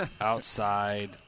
outside